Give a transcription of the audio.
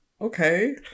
okay